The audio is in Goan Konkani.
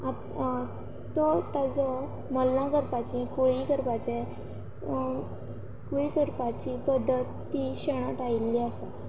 तो ताजो मल्लां करपाचो कुळी करपाचे कुळी करपाची पद्दत ती शेणत आयिल्ली आसा